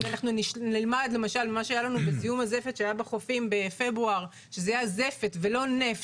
זיהום הזפת בחופים בפברואר, שזה היה זפת ולא נפט,